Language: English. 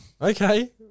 Okay